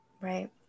Right